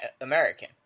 American